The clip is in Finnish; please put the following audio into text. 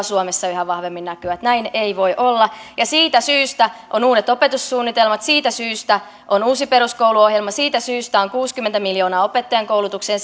suomessa yhä vahvemmin näkyä näin ei voi olla siitä syystä on uudet opetussuunnitelmat siitä syystä on uusi peruskoulu ohjelma siitä syystä on kuusikymmentä miljoonaa opettajankoulutukseen